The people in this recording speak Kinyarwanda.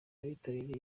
abitabiriye